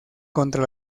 contra